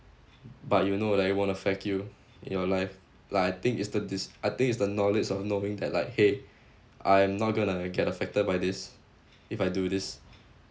but you know that it won't affect you in your life like I think is the dis~ think the knowledge of knowing that like !hey! I'm not gonna get affected by this if I do this